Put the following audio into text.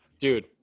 Dude